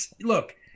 look